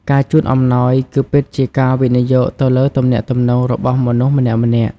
ការជូនអំណោយ គឺពិតជាការវិនិយោគទៅលើទំនាក់ទំនងរបស់មនុស្សម្នាក់ៗ។